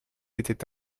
était